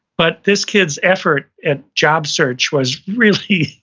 but this kid's effort and job search was really,